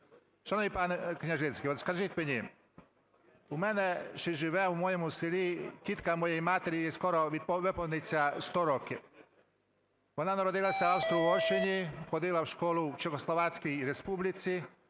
Шановний пане Княжицький, от скажіть мені, у мене живе в моєму селі тітка моєї матері, їй скоро виповниться 100 років. Вона народилася в Австро-Угорщині, ходила в школу Чехословацькій Республіці,